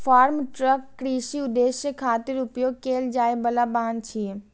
farm truck कृषि उद्देश्य खातिर उपयोग कैल जाइ बला वाहन छियै